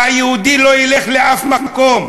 והיהודי לא ילך לאף מקום,